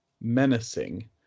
menacing